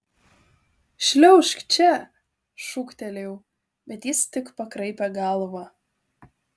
šliaužk čia šūktelėjau bet jis tik pakraipė galvą